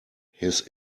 his